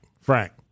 Frank